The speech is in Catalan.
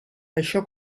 açò